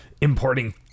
importing